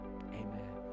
Amen